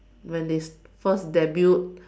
when this first debut